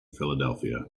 philadelphia